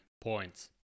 points